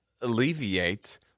alleviate